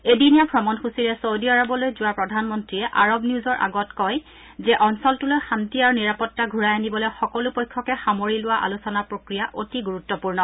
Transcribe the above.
এদিনীয়া ভ্ৰমণসূচীৰে চৌদি আৰৱলৈ যোৱা প্ৰধানমন্ত্ৰীয়ে আৰৱ নিউজৰ আগত কয় যে অঞ্চলটোলৈ শান্তি আৰু নিৰাপত্তা ঘূবাই আনিবলৈ সকলো পক্ষকে সামৰি লোৱা আলোচনা প্ৰক্ৰিয়া অতি গুৰুত্পূৰ্ণ